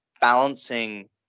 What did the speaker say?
balancing